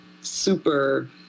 super